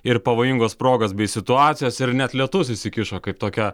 ir pavojingos progos bei situacijos ir net lietus įsikišo kaip tokia